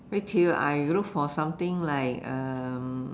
wait till I look for something like um